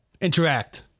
interact